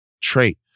trait